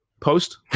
post